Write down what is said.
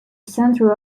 centre